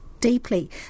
deeply